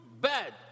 bad